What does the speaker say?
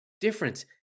difference